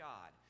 God